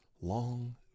long